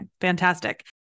fantastic